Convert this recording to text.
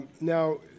Now